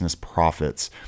profits